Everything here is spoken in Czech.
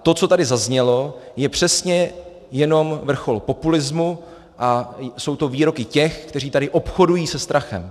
To, co tady zaznělo, je přesně jenom vrchol populismu a jsou to výroky těch, kteří tady obchodují se strachem.